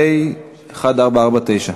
פ/1590,